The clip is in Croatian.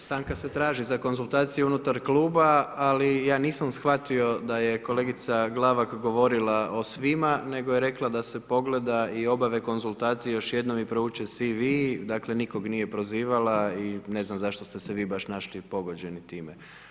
Stanka se traži za konzultacije unutar Kluba, ali ja nisam shvatio da je kolegica Glavak govorila o svima, nego je rekla da se pogleda i obave konzultacije još jednom i prouče CV, dakle nikog nije prozivala i ne znam zašto ste se vi baš našli pogođeni time.